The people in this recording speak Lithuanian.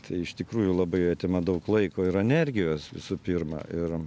tai iš tikrųjų labai atima daug laiko ir energijos visų pirma ir